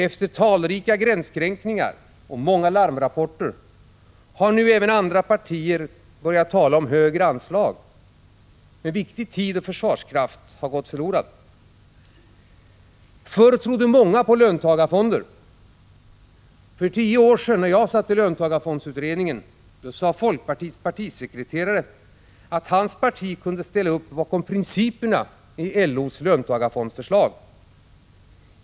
Efter talrika gränskränkningar och många larmrapporter har nu även andra partier börjat tala om högre anslag. Men viktig tid och försvarskraft har gått förlorad. Förr trodde många på löntagarfonder. För tio år sedan, när jag satt i löntagarfondsberedningen, sade folkpartiets partisekreterare att hans parti kunde ställa upp bakom principerna i LO:s löntagarfondsförslag.